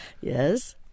Yes